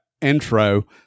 intro